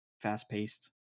fast-paced